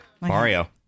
Mario